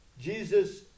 jesus